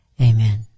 Amen